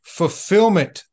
fulfillment